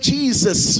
Jesus